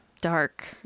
Dark